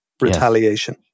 retaliation